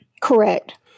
Correct